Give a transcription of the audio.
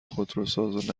خودروساز